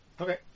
Okay